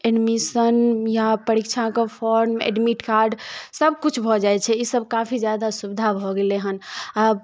admission या परीक्षाके form admit card सब किछु भऽ जाइ छै इसब काफी जादा सुविधा भऽ गेलै हन आब